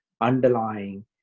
underlying